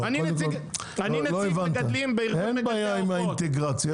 אין בעיה עם האינטגרציה.